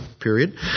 period